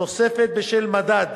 תוספת בשל מדד